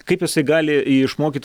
kaip jisai gali išmokyt